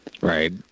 Right